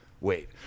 wait